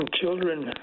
children